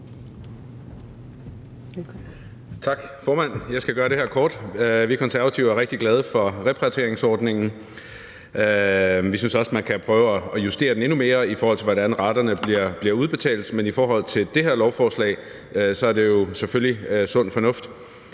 Tak, formand. Jeg skal gøre det her kort. Vi Konservative er rigtig glade for repatrieringsordningen. Vi synes også, man kan prøve at justere den endnu mere, i forhold til hvordan raterne bliver udbetalt, men i forhold til det her lovforslag er det jo selvfølgelig sund fornuft.